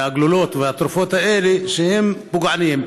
מהגלולות והתרופות האלה, הן פוגעות.